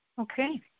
Okay